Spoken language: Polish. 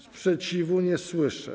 Sprzeciwu nie słyszę.